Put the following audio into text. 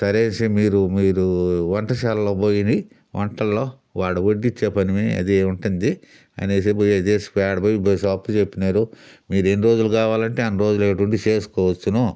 సరేసి మీరు మీరు వంటశాలలో పోయిరి వంటల్లో ఆడ వడ్డిచ్చే పని అదీ ఉంటుంది అనేసి పోయి చేస్కో ఆడపోయే బస్సు అప్పచెప్పినారు మీరెన్నిరోజులు కావాలంటే అన్నిరోజులు ఈడుండి చేసుకోవచ్చును